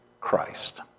Christ